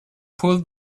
pulled